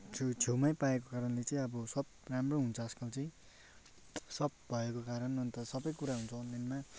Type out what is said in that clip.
छे छेउमै पाएको कारणले चाहिँ अब सब राम्रो हुन्छ आजकल चाहिँ सब भएको कारण अन्त सबै कुरा हुन्छ अनलाइनमा